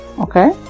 Okay